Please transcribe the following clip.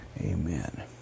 Amen